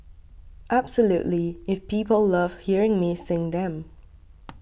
absolutely if people love hearing me sing them